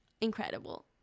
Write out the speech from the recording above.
incredible